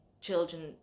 children